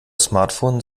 smartphone